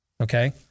Okay